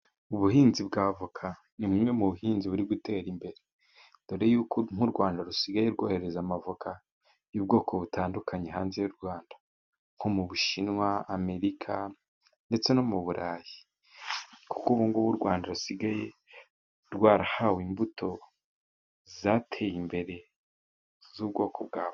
Ubuhinzi bwa avoka ni bumwe mu buhinzi buri gutera imbere, dore y’uko nk’u Rwanda rusigaye rwohereza amavoka y’ubwoko butandukanye hanze y’u Rwanda, nko mu Bushinwa, Amerika, ndetse no mu Burayi, kuko ubungubu u Rwanda rusigaye rwarahawe imbuto zateye imbere z’ubwoko bw'avoka.